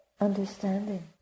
understanding